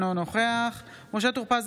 אינו נוכח משה טור פז,